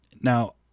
Now